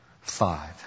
five